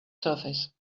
surface